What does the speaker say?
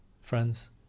friends